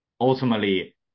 ultimately